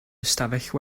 ystafell